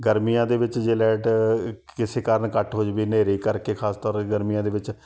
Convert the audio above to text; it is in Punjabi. ਗਰਮੀਆਂ ਦੇ ਵਿੱਚ ਜੇ ਲਾਇਟ ਕਿਸੇ ਕਾਰਨ ਕੱਟ ਹੋ ਜਾਵੇ ਹਨੇਰੇ ਕਰਕੇ ਖਾਸ ਤੌਰ 'ਤੇ ਗਰਮੀਆਂ ਦੇ ਵਿੱਚ